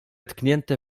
tknięte